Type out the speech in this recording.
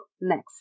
next